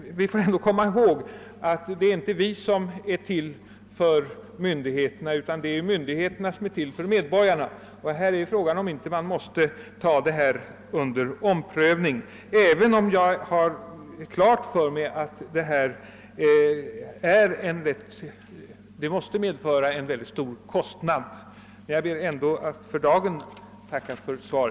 Vi får ändå komma ihåg att det inte är vi som är till för myndigheterna utan att det är dessa som är till för oss. Frågan är om inte detta spörsmål måste tas under omprövning, även om jag har klart för mig att en reform skulle medföra en mycket stor kostnad. Jag ber än en gång att för dagen få tacka för svaret.